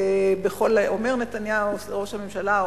אומר נתניהו ראש הממשלה,